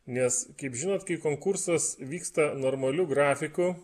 nes kaip žinot kai konkursas vyksta normaliu grafiku